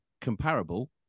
comparable